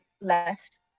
left